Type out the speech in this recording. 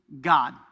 God